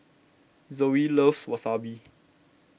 Zoe loves Wasabi